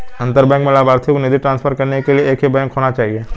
अंतर बैंक में लभार्थी को निधि ट्रांसफर करने के लिए एक ही बैंक होना चाहिए